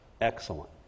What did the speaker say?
excellent